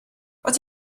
what